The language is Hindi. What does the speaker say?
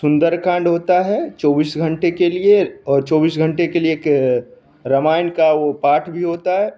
सुंदरकांड होता है चौबीस घंटे के लिए और चौबीस घंटे के लिए एक रामायण का वो पाठ भी होता है